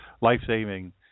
life-saving